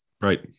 Right